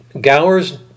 Gower's